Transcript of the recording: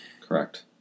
Correct